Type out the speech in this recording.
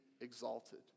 exalted